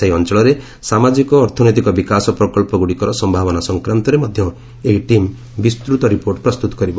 ସେହି ଅଞ୍ଚଳରେ ସାମାଜିକ ଅର୍ଥନୈତିକ ବିକାଶ ପ୍ରକଳ୍ପଗୁଡ଼ିକର ସମ୍ଭାବନା ସଂକ୍ରାନ୍ତରେ ମଧ୍ୟ ଏହି ଟିମ୍ ବିସ୍ଚୃତ ରିପୋର୍ଟ ପ୍ରସ୍ତୁତ କରିବ